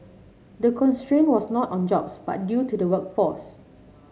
the constraint was not on jobs but due to the workforce